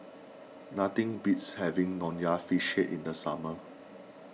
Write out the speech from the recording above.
nothing beats having Nonya Fish Head in the summer